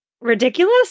ridiculous